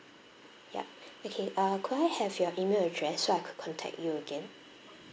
yup okay uh could I have your email address so I could contact you again